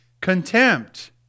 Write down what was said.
contempt